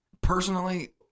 personally